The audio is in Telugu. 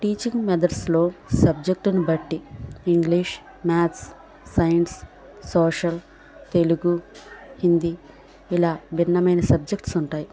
టీచింగ్ మెథడ్స్లో సబ్జెక్ట్ని బట్టి English maths science social Telugu Hindi ఇలా భిన్నమైన సబ్జెక్ట్స్ ఉంటాయి